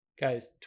Guys